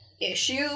issue